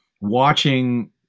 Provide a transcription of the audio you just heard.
watching